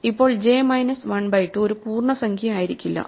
ഇപ്പോൾ j minus 1 by 2 ഒരു പൂർണ്ണസംഖ്യയായിരിക്കില്ല